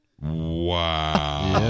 Wow